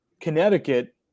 Connecticut